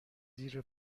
زیر